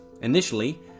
Initially